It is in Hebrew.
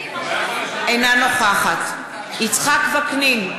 אינה נוכחת יצחק וקנין,